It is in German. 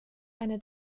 eine